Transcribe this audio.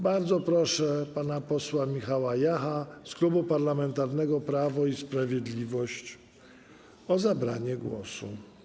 Bardzo proszę pana posła Michała Jacha z Klubu Parlamentarnego Prawo i Sprawiedliwość o zabranie głosu.